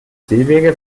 seewege